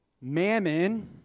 Mammon